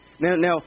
Now